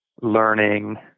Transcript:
learning